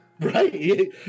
Right